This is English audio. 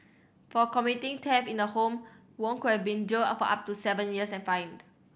for committing theft in a home Wong could have been jailed for up to seven years and fined